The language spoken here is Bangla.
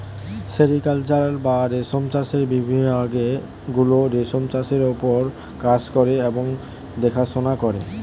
সেরিকালচার বা রেশম চাষের বিভাগ গুলো রেশম চাষের ওপর কাজ করে এবং দেখাশোনা করে